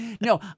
No